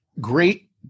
Great